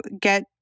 get